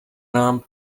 nám